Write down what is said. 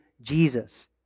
Jesus